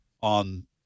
on